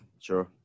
sure